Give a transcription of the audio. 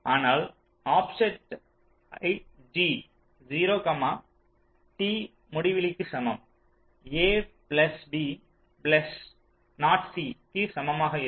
ஆனால் ஆஃப்செட்டைப் g 0 t முடிவிலிக்கு சமம் a plus b plus naught c இக்கு சமமாக இருக்கும்